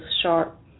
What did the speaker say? sharp